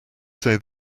say